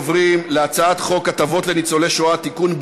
אנחנו עוברים להצעת חוק הטבות לניצולי שואה (תיקון,